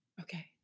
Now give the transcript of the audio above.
Okay